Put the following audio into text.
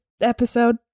episode